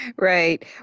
Right